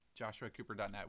joshuacooper.net